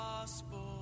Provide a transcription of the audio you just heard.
gospel